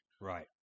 Right